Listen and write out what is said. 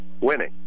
winning